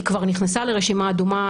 כבר נכנסה לרשימה אדומה